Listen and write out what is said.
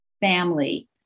family